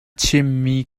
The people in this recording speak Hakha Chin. chimmi